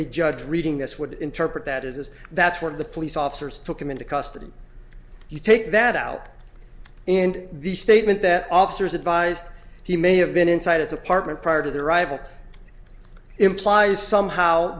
a judge reading this would interpret that is this that's what the police officers took him into custody you take that out and the statement that officers advised he may have been inside his apartment prior to their arrival implies somehow